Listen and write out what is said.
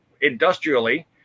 industrially